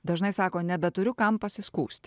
dažnai sako nebeturiu kam pasiskųsti